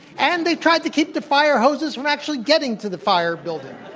and they tried to keep the fire hoses from actually getting to the fire building.